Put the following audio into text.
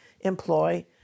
employ